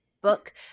book